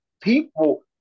people